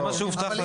זה מה שהובטח לנו.